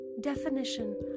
Definition